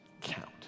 count